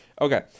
Okay